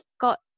got